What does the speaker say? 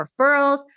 referrals